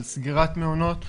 על סגירת מעונות.